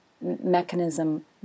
mechanism